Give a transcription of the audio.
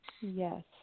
Yes